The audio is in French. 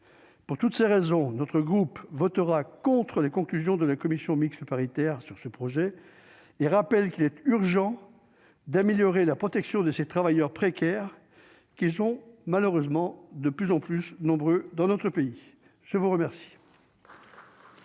Pour toutes ces raisons, notre groupe votera contre les conclusions de la commission mixte paritaire sur ce projet de loi et rappelle qu'il est urgent d'améliorer la protection de ces travailleurs précaires, qui sont malheureusement de plus en plus nombreux dans notre pays. La parole